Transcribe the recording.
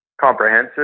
comprehensive